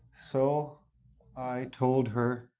so i told her